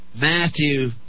Matthew